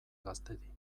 gaztedi